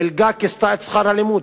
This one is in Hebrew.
המלגה כיסתה את שכר הלימוד.